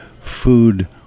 food